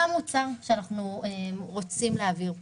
מה המוצר שאנחנו רוצים להעביר פה?